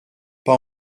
pas